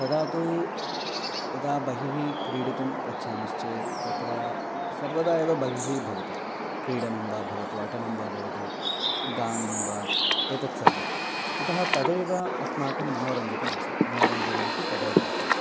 तदा तु तु यदा बहिः क्रीडितुं गच्छामश्चेत् तत्र सर्वदा एव बहिः भवति क्रीडनं वा भवतु अटनं वा भवतु गानं वा एतत् सर्वम् अतः तदेव अस्माकं मनोरञ्जकम् आसीत् मनोरञ्जनमपि तदेव आसीत्